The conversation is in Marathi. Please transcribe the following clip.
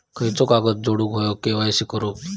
खयचो कागद जोडुक होयो के.वाय.सी करूक?